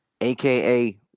AKA